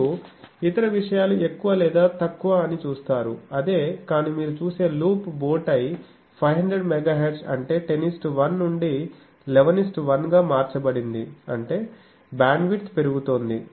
మీరు ఇతర విషయాలు ఎక్కువ లేదా తక్కువ అని చూస్తారు అదే కానీ మీరు చూసే లూప్ బో టై 500 MHz అంటే 101 నుండి 111 గా మార్చబడింది అంటే బ్యాండ్విడ్త్ పెరుగుతోంది